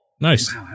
Nice